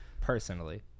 personally